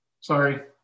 Sorry